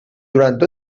tot